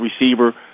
receiver